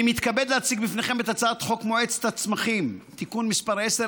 אני מתכבד להציג בפניכם את הצעת חוק מועצת הצמחים (תיקון מס' 10),